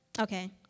Okay